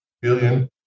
billion